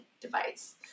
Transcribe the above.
device